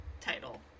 title